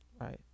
right